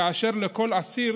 כאשר לכל אסיר